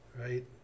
right